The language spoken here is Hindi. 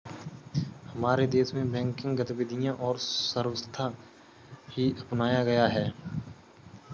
हमारे देश में बैंकिंग गतिविधियां को सर्वथा ही अपनाया गया है